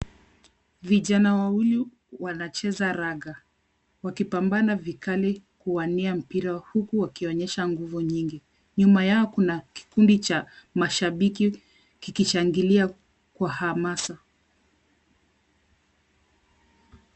Vijana wawili wanacheza raga wakipambana vikali kuwania mpira huku wakionyesha nguvu nyingi. Nyuma yao kuna kikundi cha mashabiki kikishangilia kwa hamasa.